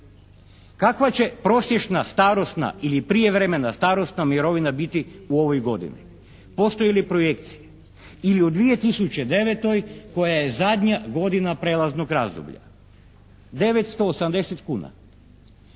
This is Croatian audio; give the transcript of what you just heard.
Kakva će prosječna, starosna ili prijevremena starosna mirovina biti u ovoj godini? Postoje li projekcije? Ili u 2009. koja je zadnja godina prijelaznog razdoblja, 980,00 kuna.